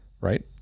right